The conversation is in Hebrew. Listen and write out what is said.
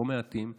לא מעטים,